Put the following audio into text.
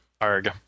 Arg